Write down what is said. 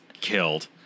killed